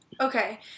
Okay